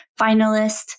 finalist